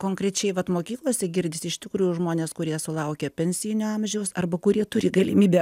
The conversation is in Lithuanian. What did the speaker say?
konkrečiai vat mokyklose girdisi iš tikrųjų žmonės kurie sulaukia pensijinio amžiaus arba kurie turi galimybę